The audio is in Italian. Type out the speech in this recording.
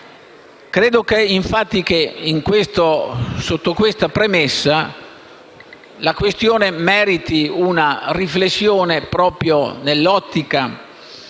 Credo, infatti, che sotto questa premessa la questione meriti una riflessione, proprio nell'ottica